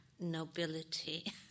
nobility